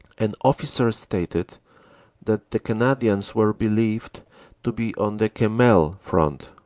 an officer stated that the canadians were believed to be on the kemmel front.